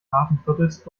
hafenviertels